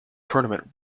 tournament